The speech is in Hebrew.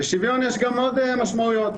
לשוויון יש עוד משמעויות.